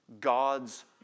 God's